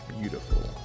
beautiful